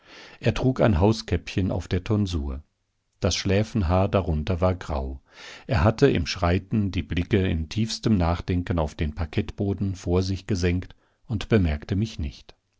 er trug ein hauskäppchen auf der tonsur das schläfenhaar darunter war grau er hatte im schreiten die blicke in tiefstem nachdenken auf den parkettboden vor sich gesenkt und bemerkte mich nicht